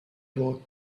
walked